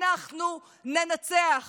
אנחנו ננצח